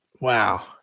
Wow